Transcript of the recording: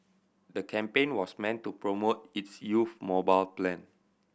the campaign was meant to promote its youth mobile plan